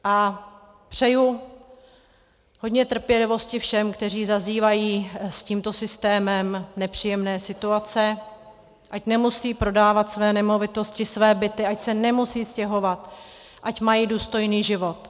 A přeji hodně trpělivosti všem, kteří zažívají s tímto systémem nepříjemné situace, ať nemusí prodávat své nemovitosti, své byty, ať se nemusí stěhovat, ať mají důstojný život.